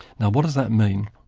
now what does that mean?